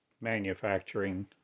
manufacturing